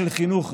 של חינוך ראוי.